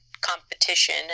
competition